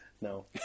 no